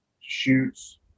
shoots